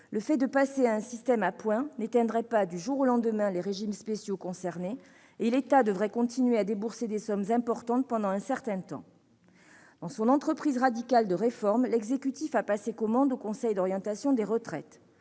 de cause, passer à un système à points n'éteindrait pas du jour au lendemain les régimes spéciaux concernés, et l'État devrait continuer à débourser des sommes importantes pendant un certain temps. Dans son entreprise radicale de réforme, l'exécutif a sollicité le Conseil d'orientation des retraites